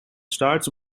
starts